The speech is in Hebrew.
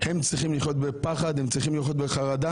הם צריכים לחיות בפחד, הם צריכים לחיות בחרדה.